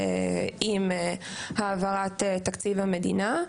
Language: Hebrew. עם העברת תקציב המדינה.